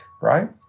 right